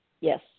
Yes